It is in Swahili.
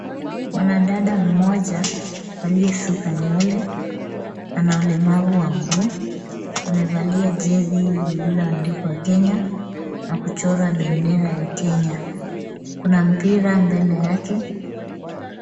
Mwanadada mmoja aliyesuka nywele ana ulemavu wa mguu, amevalia jesi lililoandikwa kenya na kuchorwa bendera ya kenya. Kuna mpira mbele yake.